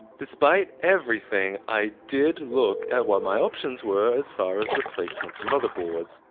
despite everything, i did look at what my options were as far as replacement motherboards.